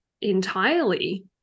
entirely